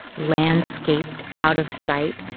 landscaped out of sight,